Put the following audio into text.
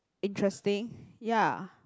interesting ya